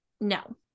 No